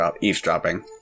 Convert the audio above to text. eavesdropping